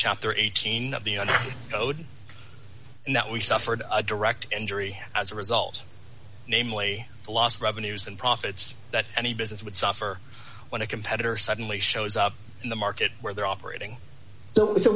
chapter eighteen of the under code and that we suffered a direct injury as a result namely the loss of revenues and profits that any business would suffer when a competitor suddenly shows up in the market where they're operating